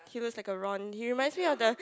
he looks like a Ron he reminds me of the